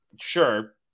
sure